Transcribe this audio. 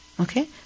Okay